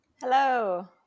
Hello